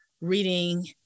reading